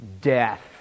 Death